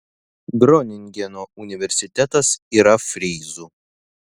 groningeno universitetas yra fryzų